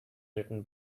written